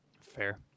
Fair